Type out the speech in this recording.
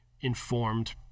informed